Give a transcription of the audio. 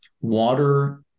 water